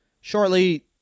Shortly